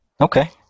Okay